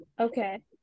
okay